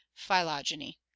phylogeny